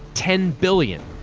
ten billion,